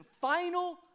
final